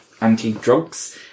anti-drugs